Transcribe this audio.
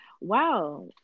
wow